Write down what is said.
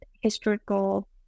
historical